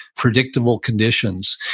predictable conditions,